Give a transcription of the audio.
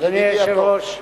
אדוני היושב-ראש,